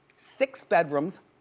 six bedrooms,